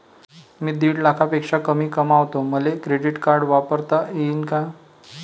मी दीड लाखापेक्षा कमी कमवतो, मले क्रेडिट कार्ड वापरता येईन का?